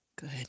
good